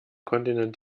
kontinent